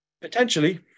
Potentially